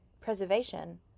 Preservation